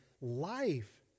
life